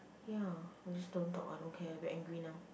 ya I just don't talk I don't care very angry now